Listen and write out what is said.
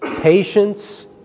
patience